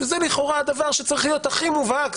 שזה לכאורה הדבר שצריך להיות הכי מובהק,